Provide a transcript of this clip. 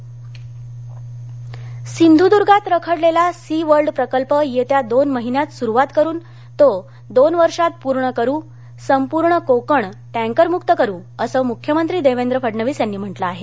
फडणवीस सिंधदर्ग सिंधूदुर्गांत रखडलेला सी वर्ल्ड प्रकल्प येत्या दोन महिन्यात सुरुवात करून तो दोन वर्षात पूर्ण करू संपूर्ण कोकण टँकर्मुक्त करू असं मुख्यमंत्री देवेंद्र फडणवीस यांनी म्हटलं आहे